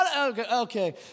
Okay